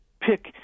pick